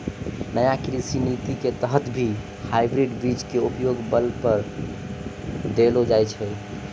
नया कृषि नीति के तहत भी हाइब्रिड बीज के उपयोग पर बल देलो जाय छै